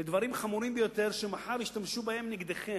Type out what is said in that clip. אתם נותנים הכשר לדברים חמורים ביותר שמחר ישתמשו בהם נגדכם.